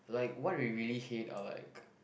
like what we really hate are like